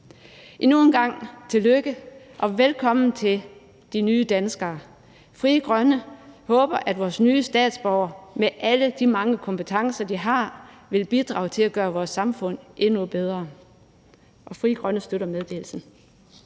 Endnu en gang tillykke og velkommen til de nye danskere. Frie Grønne håber, at vores nye statsborgere med alle de mange kompetencer, de har, vil bidrage til at gøre vores samfund endnu bedre. Frie Grønne støtter meddelelsen.